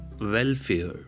Welfare